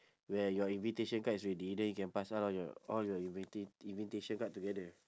where your invitation card is ready then you can pass all your all your invita~ invitation card together